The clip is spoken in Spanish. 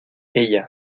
ella